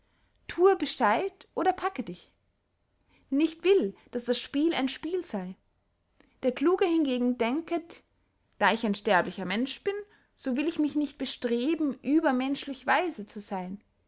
thue bescheid oder packe dich nicht will daß das spiel ein spiel sey der kluge hingegen denket da ich ein sterblicher mensch bin so will ich mich nicht bestreben übermenschlich weise zu seyn